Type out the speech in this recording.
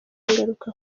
ingaruka